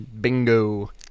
bingo